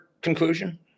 conclusion